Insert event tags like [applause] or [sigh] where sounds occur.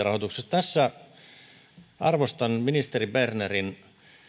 [unintelligible] rahoituksesta tässä arvostan ministeri bernerin